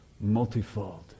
multifold